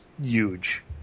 huge